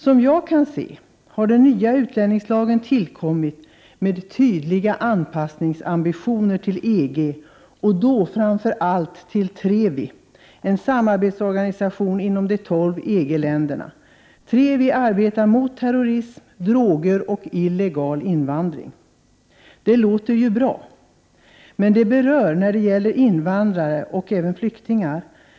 Som jag kan se, har den nya utlänningslagen tillkommit med tydliga anpassningsambitioner till EG och då framför allt till TREVI, en samarbetsorganisation för de 12 EG-länderna. TREVI arbetar mot terrorism, droger och illegal invandring. Det låter ju bra, men när det gäller invandrare och framför allt flyktingar 105 Prot.